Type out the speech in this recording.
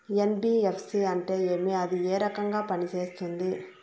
NBFC అంటే ఏమి అది ఏ రకంగా పనిసేస్తుంది